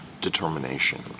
determination